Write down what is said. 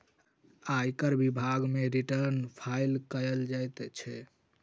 आयकर विभाग मे रिटर्न फाइल कयल जाइत छै